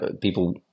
People